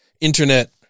Internet